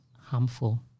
harmful